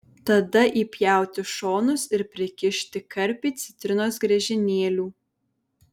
tada įpjauti šonus ir prikišti karpį citrinos griežinėlių